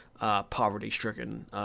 Poverty-stricken